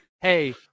Hey